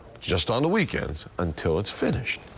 just on the weekends until it's finished.